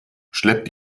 schleppt